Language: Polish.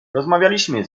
rozmawialiśmy